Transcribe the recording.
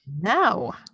no